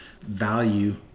value